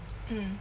mm